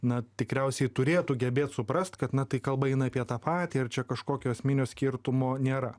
na tikriausiai turėtų gebėt suprasti kad na tai kalba eina apie tą patį ar čia kažkokio esminio skirtumo nėra